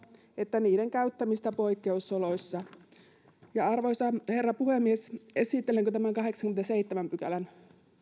että niiden käyttämistä poikkeusoloissa arvoisa herra puhemies esittelenkö tämän kahdeksannenkymmenennenseitsemännen pykälän kyllä